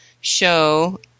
show